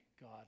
God